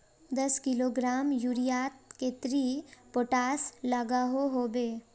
दस किलोग्राम यूरियात कतेरी पोटास लागोहो होबे?